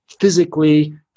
physically